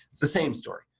it's the same story.